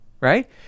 right